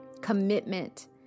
commitment